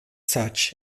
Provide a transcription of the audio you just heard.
such